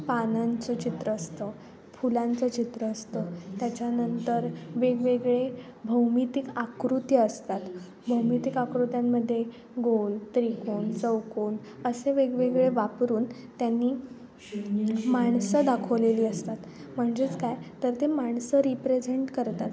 पानांचं चित्र असतं फुलांचं चित्र असतं त्याच्यानंतर वेगवेगळे भौमित्तिक आकृती असतात भौमित्तिक आकृत्यांमध्ये गोल त्रिकोन चौकोन असे वेगवेगळे वापरून त्यांनी माणसं दाखवलेली असतात म्हणजेच काय तर ते माणसं रिप्रेझेंट करतात